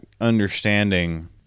understanding